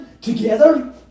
together